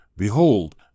Behold